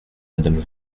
madame